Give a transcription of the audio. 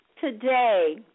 today